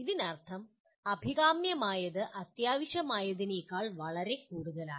അതിനർത്ഥം അഭികാമ്യമായത് അത്യാവശ്യമായതിനേക്കാൾ വളരെ കൂടുതലാണ്